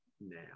now